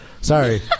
Sorry